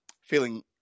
feeling